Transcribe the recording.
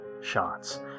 shots